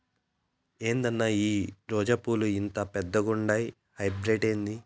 ఏందన్నా ఈ రోజా పూలు ఇంత పెద్దగుండాయి హైబ్రిడ్ ఏంది